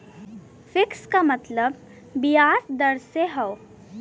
fix क मतलब बियाज दर से हौ